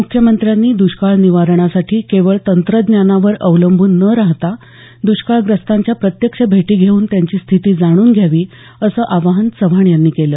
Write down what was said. मुख्यमंत्र्यांनी द्यष्काळ निवारणासाठी केवळ तंत्रज्ञानावर अवलंबून न राहता दष्काळग्रस्तांच्या प्रत्यक्ष भेटी घेऊन त्यांची स्थिती जाणून घ्यावी असं आवाहन चव्हाण यांनी केलं